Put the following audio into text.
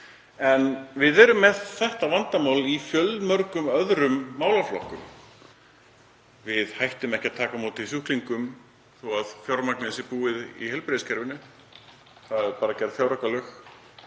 En við erum með þetta vandamál í fjölmörgum öðrum málaflokkum. Við hættum ekki að taka á móti sjúklingum þótt fjármagnið sé búið í heilbrigðiskerfinu. Það eru bara gerð fjáraukalög.